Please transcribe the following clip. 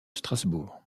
strasbourg